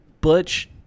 butch